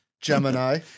Gemini